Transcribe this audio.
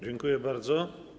Dziękuję bardzo.